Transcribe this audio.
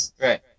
Right